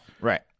Right